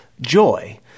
joy